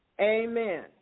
Amen